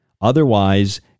Otherwise